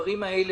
שהדברים האלה